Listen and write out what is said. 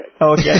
okay